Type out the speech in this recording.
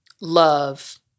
love